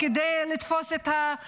לא טכנולוגיות חדשות, כדי לתפוס את הפושעים.